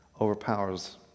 overpowers